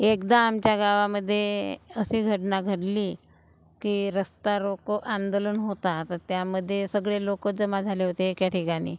एकदा आमच्या गावामध्ये अशी घटना घडली की रस्ता रोको आंदोलन होता तर त्यामध्ये सगळे लोकं जमा झाले होते एका ठिकाणी